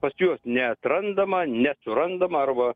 pas juos neatrandama nesurandama arba